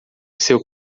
seu